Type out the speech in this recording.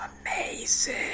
amazing